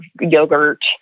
yogurt